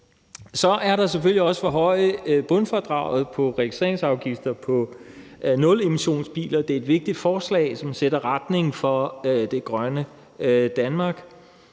Så er der selvfølgelig også det forhøjede bundfradrag på registreringsafgifter på nulemissionsbiler. Det er et vigtigt forslag, som sætter retningen for det grønne Danmark.